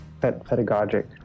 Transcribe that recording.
pedagogic